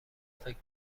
فکر